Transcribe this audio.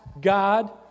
God